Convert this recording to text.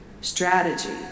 strategy